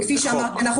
וכפי שאמרתי, אנחנו